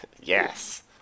Yes